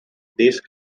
these